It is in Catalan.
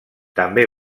també